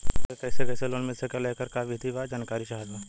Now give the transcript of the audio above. ग्राहक के कैसे कैसे लोन मिल सकेला येकर का विधि बा जानकारी चाहत बा?